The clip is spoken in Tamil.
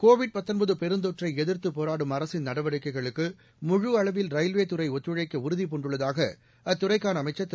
கோவிட் பெருந்தொற்றை எதிர்த்து போராடும் அரசின் நடவடிக்கைகளுக்கு முழு அளவில் ரயில்வேதுறை ஒத்துழைக்க உறுதிபூண்டுள்ளதாக அத்துறைக்கான அமைச்சர் திரு